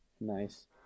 nice